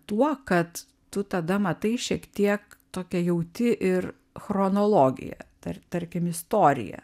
tuo kad tu tada matai šiek tiek tokią jauti ir chronologiją tar tarkim istoriją